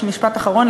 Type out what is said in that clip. משפט אחרון,